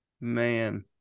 man